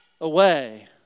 away